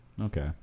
Okay